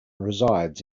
resides